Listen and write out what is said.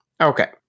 Okay